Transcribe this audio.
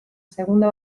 segunda